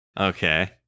okay